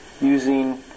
using